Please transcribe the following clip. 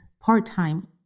part-time